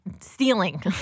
stealing